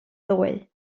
ddoe